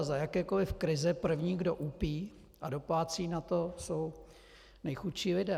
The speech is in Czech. Za jakékoliv krize první, kdo úpí a doplácí na to, jsou nejchudší lidé.